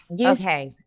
okay